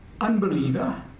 unbeliever